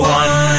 one